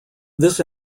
this